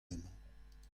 emañ